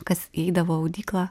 kas įeidavo į audyklą